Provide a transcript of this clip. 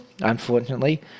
unfortunately